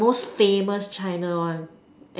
the most famous China one